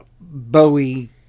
Bowie